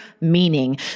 meaning